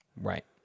Right